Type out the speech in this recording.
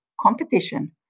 competition